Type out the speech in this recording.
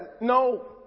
No